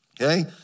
Okay